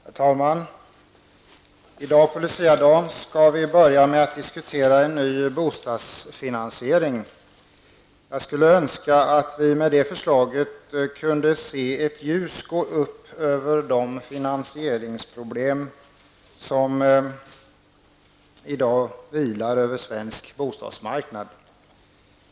Herr talman! I dag på luciadagen skall vi börja med att diskutera en ny bostadsfinansiering. Jag skulle önska att vi med detta förslag kunde se ett ljus gå upp över de finansieringsproblem som i dag vilar över den svenska bostadsmarknaden.